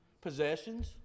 Possessions